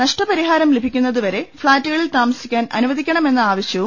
നഷ്ടപരിഹാരം ലഭിക്കുന്നതുവരെ ഫ്ളാറ്റുകളിൽ താമസിക്കാൻ അനുവദിക്കണമെന്ന ആവ ശൃവും